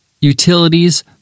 utilities